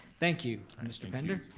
thank you mr. pender.